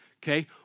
Okay